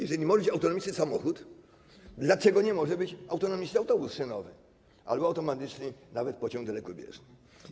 Jeżeli może być autonomiczny samochód, dlaczego nie może być autonomiczny autobus szynowy albo autonomiczny nawet pociąg dalekobieżny.